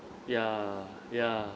ya ya